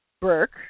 Burke